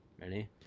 Ready